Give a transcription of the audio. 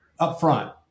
upfront